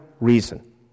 reason